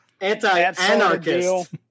Anti-anarchist